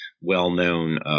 well-known